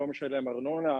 לא משלם ארנונה,